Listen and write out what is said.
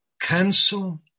cancel